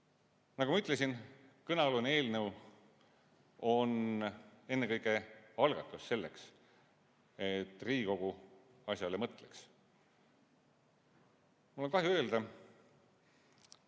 Nagu ma ütlesin, kõnealune eelnõu on ennekõike algatus selleks, et Riigikogu asjale mõtleks. Mul on kahju öelda,